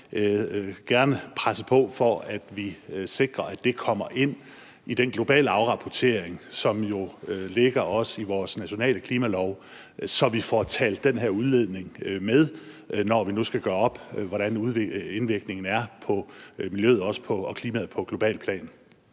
også gerne presse på for, at vi sikrer, at det kommer ind i den globale afrapportering, som jo også ligger i vores nationale klimalov, så vi får talt den her udledning med, når vi nu skal gøre op, hvordan indvirkningen er på miljøet og klimaet, også på globalt plan.